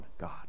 God